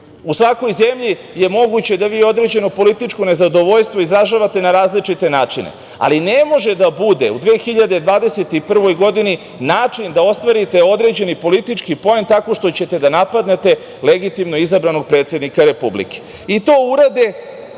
u svakoj zemlji moguće da vi određeno političko nezadovoljstvo izražavate na različite načine, ali ne može da bude u 2021. godini način da ostvarite određeni politički poen tako što ćete da napadnete legitimno izabranog predsednika Republike, i to urade